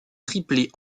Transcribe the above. triplé